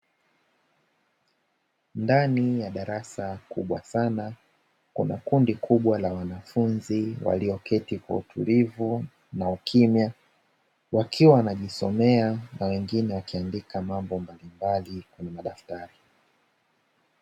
Ndani ya darasa kubwa sana, kuna kundi kubwa la wanafunzi walioketi kwa utulivu na ukimya, wakiwa wanajisomea na wengine wakiandika mambo mbalimbali kwenye madaftari.